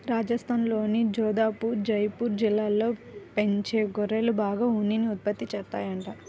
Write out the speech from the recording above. రాజస్థాన్లోని జోధపుర్, జైపూర్ జిల్లాల్లో పెంచే గొర్రెలు బాగా ఉన్నిని ఉత్పత్తి చేత్తాయంట